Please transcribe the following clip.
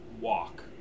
walk